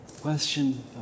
question